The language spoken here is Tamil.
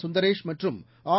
கந்தரேஷ் மற்றும் ஆர்